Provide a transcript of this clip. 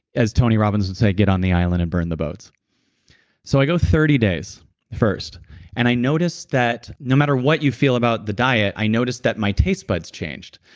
as tony robbins would say, get on the island and burn the boats so, i go thirty days first and i noticed that, no matter what you feel about the diet, i noticed that my taste buds changed.